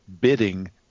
bidding